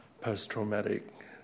post-traumatic